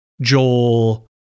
Joel